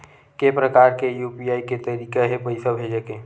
के प्रकार के यू.पी.आई के तरीका हे पईसा भेजे के?